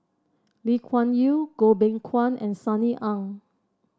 Lee Kuan Yew Goh Beng Kwan and Sunny Ang